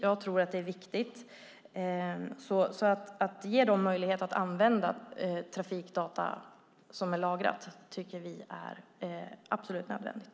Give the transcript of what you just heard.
Jag tror också att det är viktigt, så att ge dem möjlighet att använda lagrade trafikdata tycker vi är absolut nödvändigt.